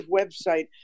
website